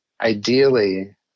ideally